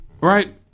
Right